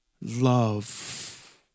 love